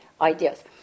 ideas